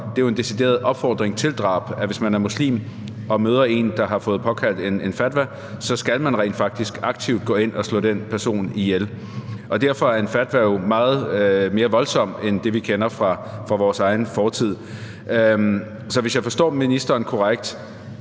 decideret opfordring til drab, og hvis man er muslim og møder en, der har fået en fatwa, så skal man rent faktisk aktivt gå ind og slå den person ihjel. Derfor er en fatwa jo meget mere voldsom end det, vi kender fra vores egen fortid. Så for at forstå ministeren korrekt: